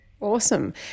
Awesome